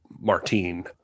martine